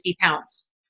pounds